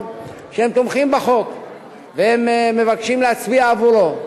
שהם תומכים בחוק ומבקשים להצביע עבורו.